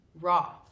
raw